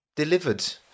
Delivered